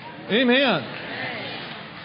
Amen